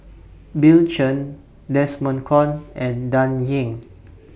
Bill Chen Desmond Kon and Dan Ying